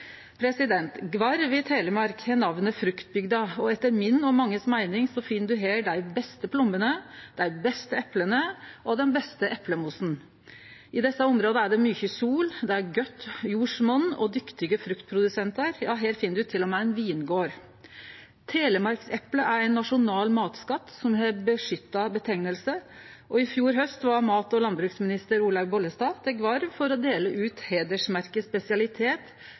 Telemark har namnet fruktbygda, og etter mi og mange si meining finn ein her dei beste plommene, dei beste epla og den beste eplemosten. I desse områda er det mykje sol, det er godt jordsmonn og dyktige fruktprodusentar – ja, her finn ein til og med ein vingard. Telemarkseple er ein nasjonal matskatt som har ei verna nemning. I fjor haust var mat- og landbruksminister Olaug Bollestad i Gvarv for å dele ut heidersmerket Spesialitet